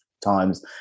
times